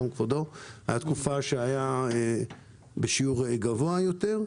בתקופה מסוימת זה היה בשיעור גבוה יותר.